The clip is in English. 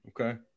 Okay